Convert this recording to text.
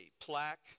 plaque